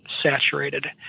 saturated